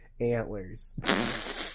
antlers